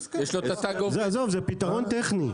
עזוב זה פתרון טכני.